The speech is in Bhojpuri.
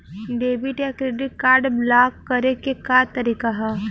डेबिट या क्रेडिट कार्ड ब्लाक करे के का तरीका ह?